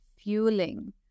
fueling